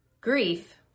grief